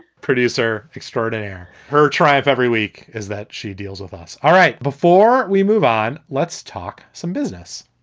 producer extraordinaire. her triumph every week is that she deals with us. all right. before we move on. let's talk some business.